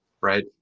right